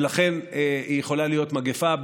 ולכן היא יכולה להיות מגפה,